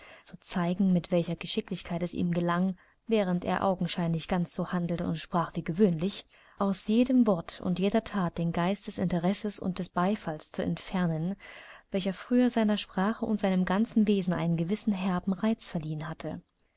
zu zeigen mit welcher geschicklichkeit es ihm gelang während er augenscheinlich ganz so handelte und sprach wie gewöhnlich aus jedem wort und jeder that den geist des interesses und des beifalls zu entfernen welcher früher seiner sprache und seinem ganzen wesen einen gewissen herben reiz verliehen hatte